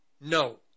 No